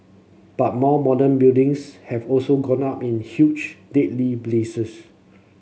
but more modern buildings have also gone up in huge deadly blazes